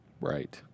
Right